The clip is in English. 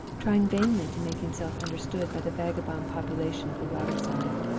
trying vainly to make himself understood by the vagabond population of the water-side.